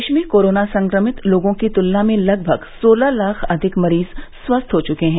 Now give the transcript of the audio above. देश में कोरोना संक्रमित लोगों की तुलना में लगभग सोलह लाख अधिक मरीज स्वस्थ हो चुके हैं